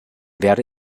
werde